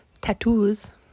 tattoos